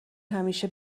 همیشه